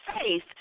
faith